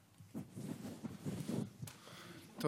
אדוני.